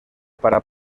para